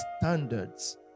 standards